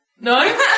No